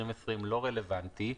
לא רלוונטי.